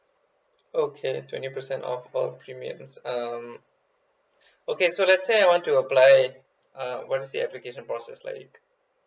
okay twenty percent off all premiums um okay so let's say I want to apply uh what is the application process like